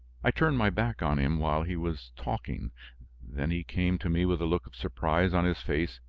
i turned my back on him while he was talking then he came to me with a look of surprise on his face,